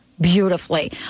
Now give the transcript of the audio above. beautifully